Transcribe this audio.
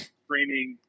streaming